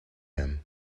him